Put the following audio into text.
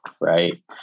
right